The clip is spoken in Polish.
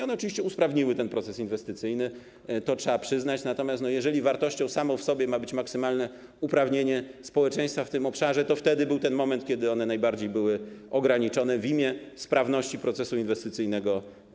One oczywiście usprawniły ten proces inwestycyjny - to trzeba przyznać - natomiast jeżeli wartością samą w sobie ma być maksymalne uprawnienie społeczeństwa w tym obszarze, to wtedy był ten moment, kiedy one najbardziej były ograniczone w imię właśnie sprawności procesu inwestycyjnego.